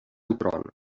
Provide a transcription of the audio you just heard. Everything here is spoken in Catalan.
tron